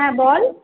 হ্যাঁ বল